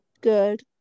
good